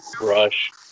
brush